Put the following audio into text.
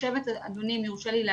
אם יורשה לי,